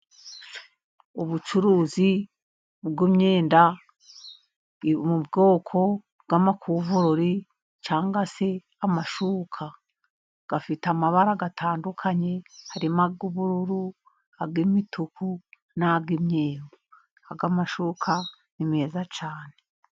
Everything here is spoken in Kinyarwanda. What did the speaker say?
Ubucuruzi bw'imyenda iri mu bwoko bw'amakuvurori cyangwa se amashuka , afite amabara atandukanye, harimo ay'ubururu ay' imituku nay imyeru, aya mashuka ni meza cyane.